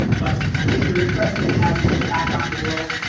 but if you're interested in having an impact on the world,